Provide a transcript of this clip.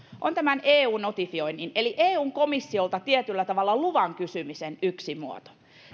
on eu notifioinnin eli eun komissiolta tietyllä tavalla luvan kysymisen yksi muoto